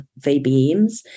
VBMs